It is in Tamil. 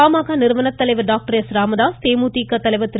பாமக நிறுவனர் தலைவர் டாக்டர் ராமதாஸ் தேமுதிக தலைவர் திரு